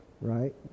right